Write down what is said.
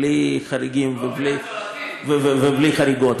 בלי חריגים ובלי חריגות,